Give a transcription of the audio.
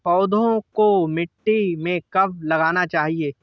पौधें को मिट्टी में कब लगाना चाहिए?